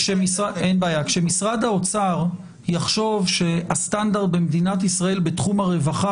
כשמשרד האוצר יחשוב שהסטנדרט במדינת ישראל בתחום הרווחה